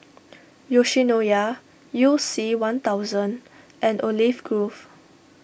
Yoshinoya You C one thousand and Olive Grove